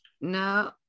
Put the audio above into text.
no